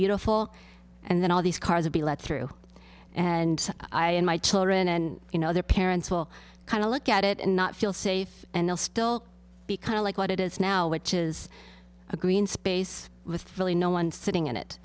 know full and then all these cars will be let through and i and my children and you know their parents will kind of look at it and not feel safe and they'll still be kind of like what it is now which is a green space with really no one sitting in it